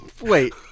Wait